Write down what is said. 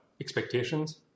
expectations